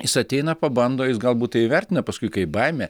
jis ateina pabando jis galbūt tai įvertina paskui kai baimė